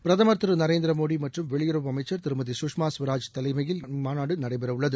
பிரதம் திரு நரேந்திர மோடி மற்றம் வெளியுறவு அமைச்ச் திருமதி கஷ்மா கவராஜ் தலைமையில் இம்மாநாடு நடைபெறவுள்ளது